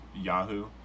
Yahoo